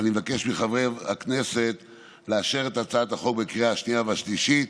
ואני מבקש מחברי הכנסת לאשר את הצעת החוק בקריאה השנייה והשלישית